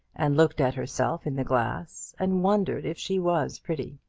and looked at herself in the glass, and wondered if she was pretty.